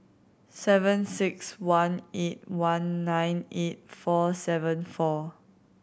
seven six one eight one nine eight four seven four